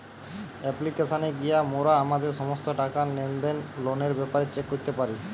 অ্যাপ্লিকেশানে গিয়া মোরা আমাদের সমস্ত টাকা, লেনদেন, লোনের ব্যাপারে চেক করতে পারি